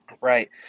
Right